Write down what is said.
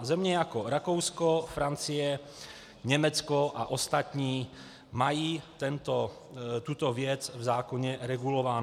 Země jako Rakousko, Francie, Německo a ostatní mají tuto věc v zákoně regulovánu.